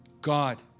God